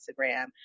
Instagram